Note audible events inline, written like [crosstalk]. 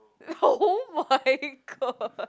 [laughs] oh-my-god